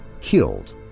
Killed